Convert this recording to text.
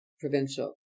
provincial